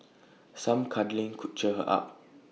some cuddling could cheer her up